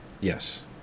Yes